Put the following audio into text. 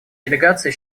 делегация